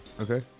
Okay